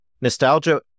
Nostalgia